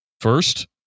First